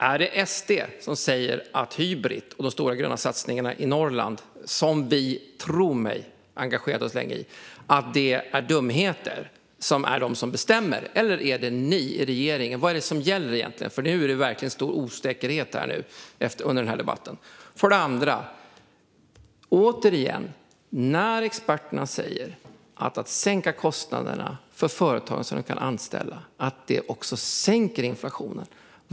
Är det SD, som säger att Hybrit och de stora gröna satsningarna i Norrland - som vi, tro mig, engagerat oss i länge - är dumheter, som är de som bestämmer, eller är det ni i regeringen? Vad är det som gäller egentligen? Nu är det verkligen stor osäkerhet här under debatten. Det andra är återigen: Experterna säger att om man sänker kostnaderna för företagen så att de kan anställa så sänker det också inflationen.